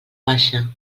baixa